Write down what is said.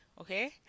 Okay